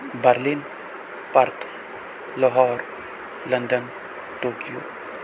Berlin Perth Lahore London Tokyo